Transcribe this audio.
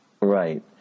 Right